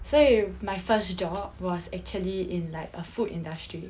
所以 my first job was actually in like a food industry